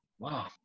Wow